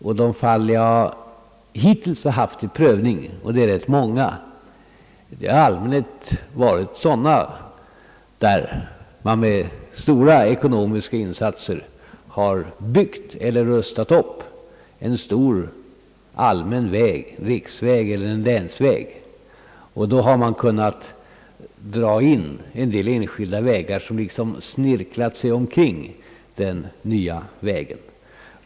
I de fall som jag hittills haft till prövning — och det är rätt många — har man i allmänhet med stora ekonomiska insatser byggt eller rustat upp en stor allmän väg, en riksväg eller en länsväg, varvid man har kunnat dra in en del enskilda vägar som snirklat omkring den nya vägen.